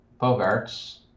Bogarts